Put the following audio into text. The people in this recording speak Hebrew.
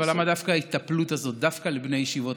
אבל למה ההיטפלות הזאת דווקא לבני ישיבות,